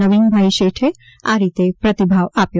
નવીનભાઇ શેઠે આ રીતે પ્રતિભાવ આપ્યો